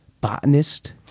botanist